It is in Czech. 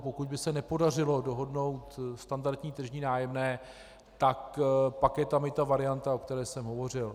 Pokud by se nepodařilo dohodnout standardní tržní nájemné, tak pak je tam i varianta, o které jsem hovořil.